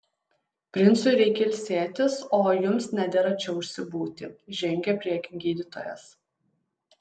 princui reikia ilsėtis o jums nedera čia užsibūti žengė priekin gydytojas